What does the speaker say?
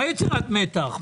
מה יצירת מתח?